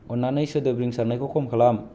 अननानै सोदोब रिंसारनायखौ खम खालाम